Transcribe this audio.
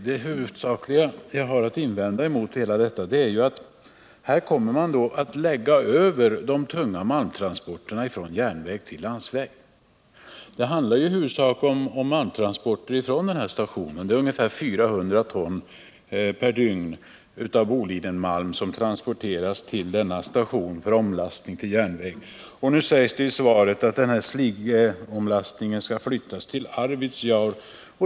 Min huvudsakliga invändning mot det hela är att man kommer att lägga över de tunga malmtransporterna från järnväg till landsväg. Det handlar till huvuddelen om malmtransporter från den här stationen. Ungefär 400 ton Bolidenmalm per dygn transporteras till denna station för omlastning till järnväg. Nu säger kommunikationsministern i svaret att sligomlastningen skall flyttas till Arvidsjaur.